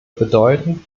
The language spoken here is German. bedeuten